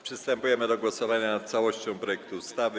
Przystępujemy do głosowania nad całością projektu ustawy.